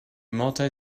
multi